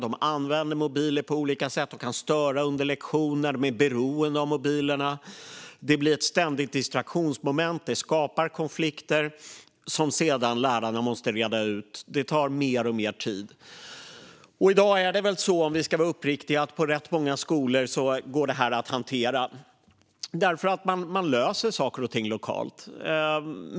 De använder mobiler på olika sätt, de kan störa under lektionerna och de är beroende av mobilerna. Det blir ett ständigt distraktionsmoment, och det skapar konflikter som lärarna sedan måste reda ut. Det tar mer och mer tid. Om vi ska vara uppriktiga går det här att hantera på rätt många skolor i dag, för man löser saker och ting lokalt.